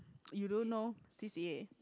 you don't know C_C_A